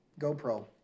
GoPro